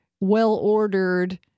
well-ordered